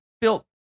built